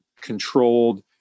controlled